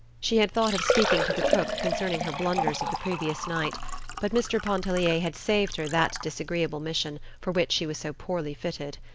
she had thought of speaking to the cook concerning her blunders of the previous night but mr. pontellier had saved her that disagreeable mission, for which she was so poorly fitted.